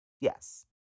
Yes